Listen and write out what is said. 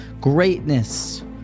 greatness